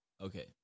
Okay